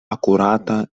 akurata